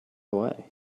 away